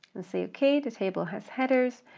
let's say okay, the table has headers,